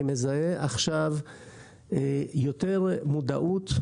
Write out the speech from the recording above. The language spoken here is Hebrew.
אני מזהה עכשיו יותר מודעות,